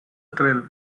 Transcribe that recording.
thrill